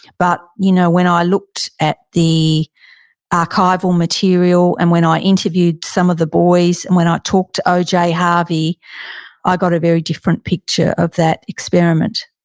but you know when i looked at the archival material and when i interviewed some of the boys and when i talked to oj harvey, i got a very different picture of that experiment.